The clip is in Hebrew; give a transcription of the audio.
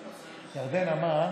ירדנה, מה?